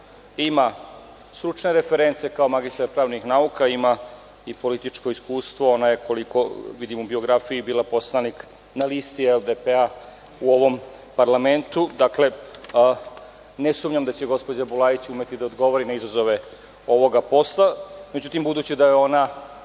ima stručne reference kao magistar pravnih nauka, ima i političko iskustvo, ona je, koliko vidim u biografiji, bila poslanik na listi LDP-a u ovom parlamentu. Dakle, ne sumnjam da će gospođa Bulajić umeti da odgovori na izazove ovoga posla.Međutim, budući da je ona